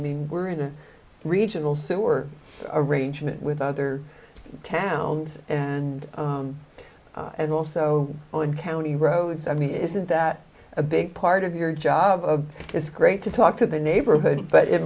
mean we're in a regional sewer arrangement with other towns and and also on county roads i mean isn't that a big part of your job it's great to talk to the neighborhood but it